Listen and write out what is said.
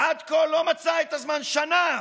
עד כה הוא לא מצא את הזמן, שנה,